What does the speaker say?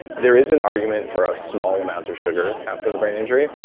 there is an argument for a small amount of sugar after the brain injury,